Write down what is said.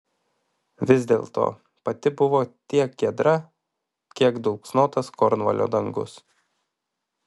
vis dėlto pati buvo tiek giedra kiek dulksnotas kornvalio dangus